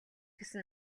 гэсэн